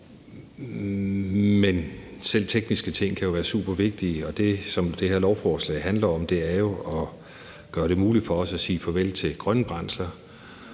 men selv tekniske ting kan jo være supervigtige. Det, som det her lovforslag handler om, er jo at gøre det muligt for os at sige farvel til grønne brændsler